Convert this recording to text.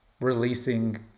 releasing